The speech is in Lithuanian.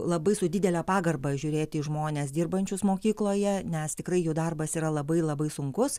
labai su didele pagarba žiūrėti į žmones dirbančius mokykloje nes tikrai jų darbas yra labai labai sunkus